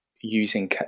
using